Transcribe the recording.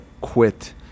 quit